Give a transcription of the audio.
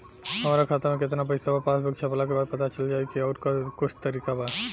हमरा खाता में केतना पइसा बा पासबुक छपला के बाद पता चल जाई कि आउर कुछ तरिका बा?